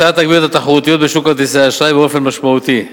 ההצעה תגביר את התחרותיות בשוק כרטיסי האשראי באופן משמעותי.